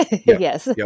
Yes